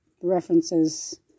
references